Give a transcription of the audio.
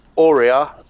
Aurea